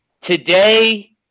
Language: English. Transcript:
Today